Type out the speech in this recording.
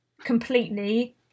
completely